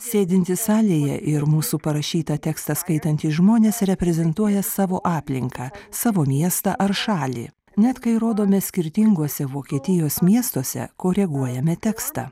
sėdintys salėje ir mūsų parašytą tekstą skaitantys žmonės reprezentuoja savo aplinką savo miestą ar šalį net kai rodome skirtinguose vokietijos miestuose koreguojame tekstą